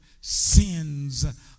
sins